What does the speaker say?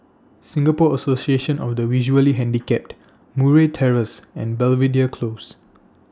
Singapore Association of The Visually Handicapped Murray Terrace and Belvedere Close